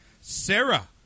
Sarah